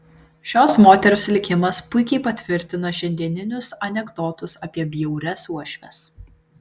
šios moters likimas puikiai patvirtina šiandieninius anekdotus apie bjaurias uošves